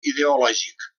ideològic